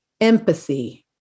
empathy